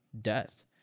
death